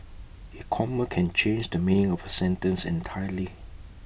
A comma can change the mean of A sentence entirely